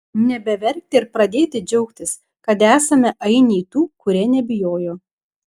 nebeverkti ir pradėti džiaugtis kad esame ainiai tų kurie nebijojo